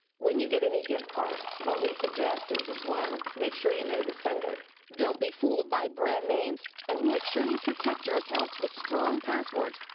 when you get any gift card what we suggest is one make sure you know the sender. reporter don't be fooled by brand names and make sure you protect your account with strong passwords.